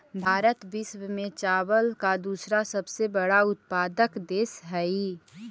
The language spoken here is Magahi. भारत विश्व में चावल का दूसरा सबसे बड़ा उत्पादक देश हई